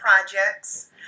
projects